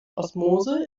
osmose